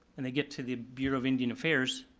and they get to the bureau of indian affairs,